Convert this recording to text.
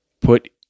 put